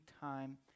time